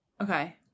Okay